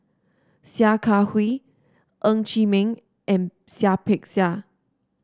Sia Kah Hui Ng Chee Meng and Seah Peck Seah